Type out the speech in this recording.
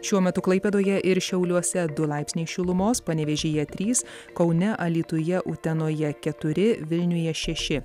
šiuo metu klaipėdoje ir šiauliuose du laipsniai šilumos panevėžyje trys kaune alytuje utenoje keturi vilniuje šeši